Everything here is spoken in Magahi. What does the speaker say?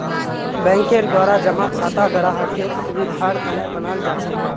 बैंकेर द्वारा जमा खाता ग्राहकेर सुविधार तने बनाल जाछेक